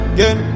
Again